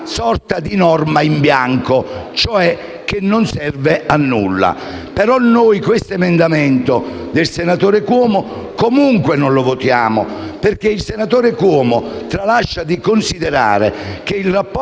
Grazie a tutti